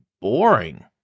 boring